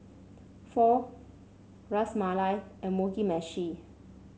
Pho Ras Malai and Mugi Meshi